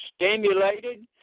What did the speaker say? stimulated